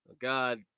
God